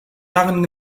darin